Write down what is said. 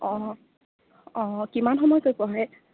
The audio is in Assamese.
অঁ অঁ কিমান সময়কৈ পঢ়ে